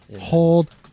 hold